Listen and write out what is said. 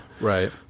Right